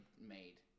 made